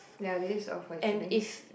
ya this is all for actually